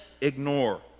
ignore